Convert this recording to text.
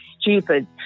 stupid